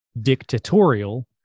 dictatorial